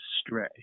stray